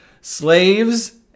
Slaves